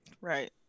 Right